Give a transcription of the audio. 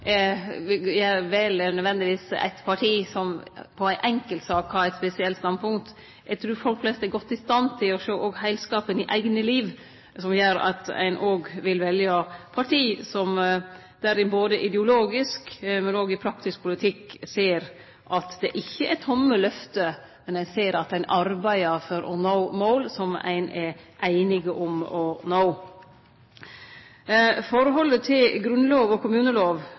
vel eit parti som i ei enkelt sak har eit spesielt standpunkt. Eg trur folk flest er godt i stand til å sjå heilskapen i eige liv, som gjer at ein vil velje parti der ein både ideologisk og i praktisk politikk ser at det ikkje er tomme løfte, men at ein ser at ein arbeider for å nå mål som ein er einige om å nå. Forholdet til Grunnlova og